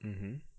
mmhmm